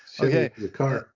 Okay